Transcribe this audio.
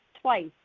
twice